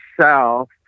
south